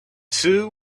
two